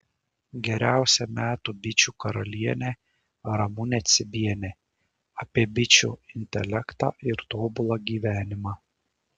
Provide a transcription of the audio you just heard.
geriausia metų bičių karalienė ramunė cibienė apie bičių intelektą ir tobulą gyvenimą